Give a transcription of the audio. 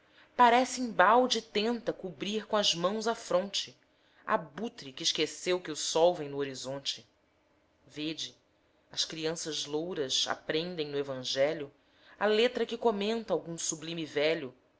ligado parece embalde tenta cobrir com as mãos a fronte abutre que esqueceu que o sol vem no horizonte vede as crianças louras aprendem no evangelho a letra que comenta algum sublime velho